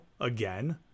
again